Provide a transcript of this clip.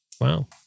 Wow